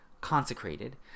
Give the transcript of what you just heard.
consecrated